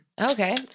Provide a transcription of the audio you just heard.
okay